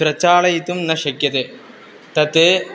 प्रचालयितुं न शक्यते तत्